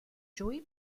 joué